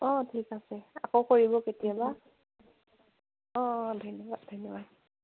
অঁ ঠিক আছে আকৌ কৰিব কেতিয়াবা অঁ ধন্যবাদ ধন্যবাদ